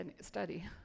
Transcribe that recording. study